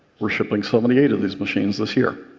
we're shipping seventy eight of these machines this year.